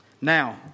Now